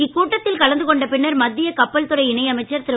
இக்கூட்டத்தில் கலந்து கொண்ட பின்னர் மத்திய கப்பல் துறை இணையமைச்சர் திரு